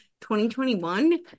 2021